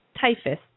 Typhus